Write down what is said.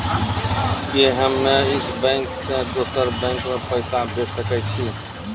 कि हम्मे इस बैंक सें दोसर बैंक मे पैसा भेज सकै छी?